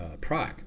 Prague